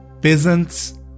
peasants